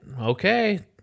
okay